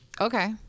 Okay